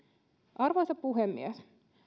arvoisa puhemies